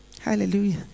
Hallelujah